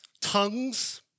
Tongues